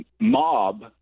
mob